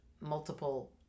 multiple